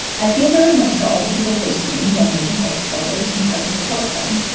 i feel very much for all the people close to me who have mental health struggles and try to support them.